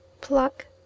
pluck